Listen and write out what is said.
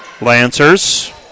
Lancers